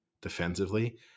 Defensively